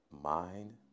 mind